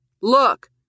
Look